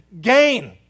gain